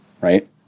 right